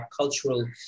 cultural